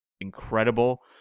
incredible